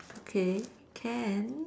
okay can